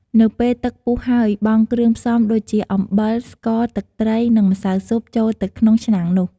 នៅពេលទឹកពុះហើយ បង់គ្រឿងផ្សំដូចជា អំបិល ស្ករ ទឹកត្រី និងម្សៅស៊ុបចូលទៅក្នុងឆ្នាំងនោះ។